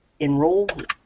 enrolled